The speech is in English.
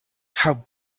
how